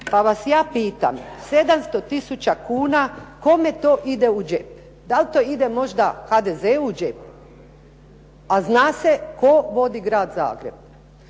Pa vas ja pitam, 700 tisuća kuna, kome to ide u džep? Da li to ide možda HDZ-u u džep. A zna se tko vodi grad Zagreb.